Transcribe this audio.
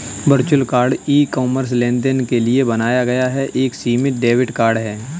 virtual card e commerce लेनदेन के लिए बनाया गया एक सीमित डेबिट कार्ड है